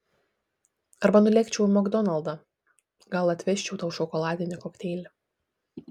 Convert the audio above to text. arba nulėkčiau į makdonaldą gal atvežčiau tau šokoladinį kokteilį